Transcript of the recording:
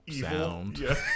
sound